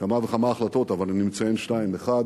כמה וכמה החלטות, אבל אני מציין שתיים: האחת,